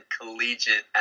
collegiate